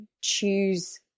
choose